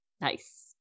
nice